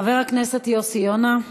חבר הכנסת יוסי יונה,